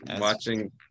Watching